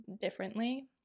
differently